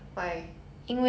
hmm